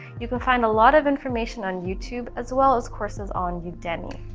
you can find a lot of information on youtube as well as courses on udemy.